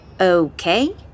Okay